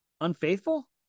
unfaithful